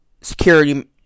security